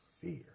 fear